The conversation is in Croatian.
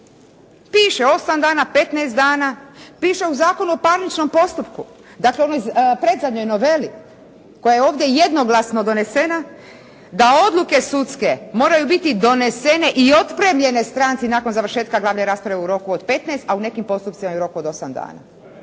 Piše 8 dana, 15 dana, piše u Zakonu o parničnom postupku, dakle u onoj predzadnjoj noveli koja je ovdje jednoglasno donesena, da odluke sudske moraju biti donesene i otpremljene stranci nakon završetka glavne rasprave u roku od 15, a u nekim postupcima i u roku od 8 dana.